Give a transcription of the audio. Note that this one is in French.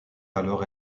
alors